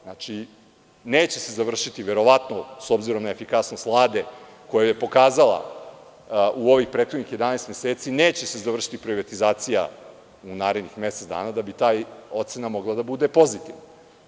Znači, verovatno se neće završiti, s obzirom na efikasnost Vlade koju je pokazala u ovih prethodnih 11 meseci, privatizacija u narednih mesec dana, da bi ta ocena mogla da bude pozitivna.